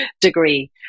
degree